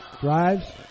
Drives